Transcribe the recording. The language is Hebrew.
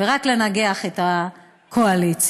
ורק לנגח את הקואליציה.